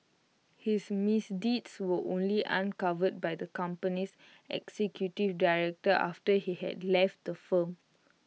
his misdeeds were only uncovered by the company's executive director after he had left the firm